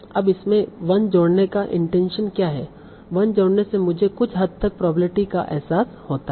अब इसमें 1 जोड़ने का इंटेंशन क्या है 1 जोड़ने से मुझे कुछ हद तक प्रोबेबिलिटी का एहसास होता है